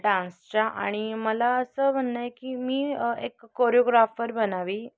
डान्सच्या आणि मला असं म्हणणं आहे की मी एक कोरिओग्राफर बनावी